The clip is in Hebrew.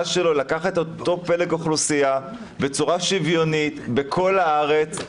שלו היא לקחת את אותו פלג אוכלוסייה בצורה שוויונית בכל הארץ,